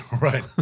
Right